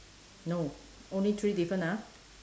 no only three different ah